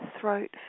throat